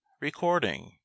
recording